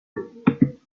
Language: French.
idée